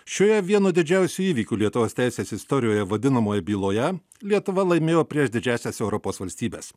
šioje vienu didžiausių įvykių lietuvos teisės istorijoje vadinamoje byloje lietuva laimėjo prieš didžiąsias europos valstybes